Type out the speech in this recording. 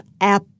app